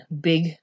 big